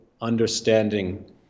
understanding